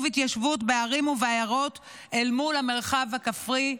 ההתיישבות בערים ובעיירות אל מול המרחב הכפרי,